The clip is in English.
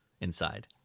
inside